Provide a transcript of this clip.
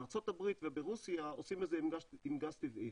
בארצות הברית וברוסיה עושים את זה עם גז טבעי.